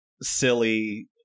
silly